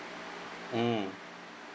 mm